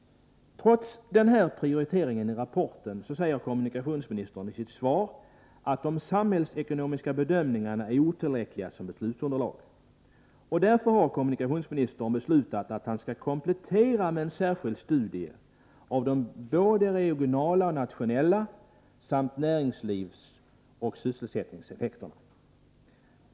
Trots denna prioritering i rapporten säger kommunikationsministern i sitt svar att de samhällsekonomiska bedömningarna är otillräckliga som beslutsunderlag. Därför har kommunikationsministern beslutat att han skall komplettera med en särskild studie av både de regionala och de nationella näringslivsoch sysselsättningseffekterna.